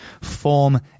form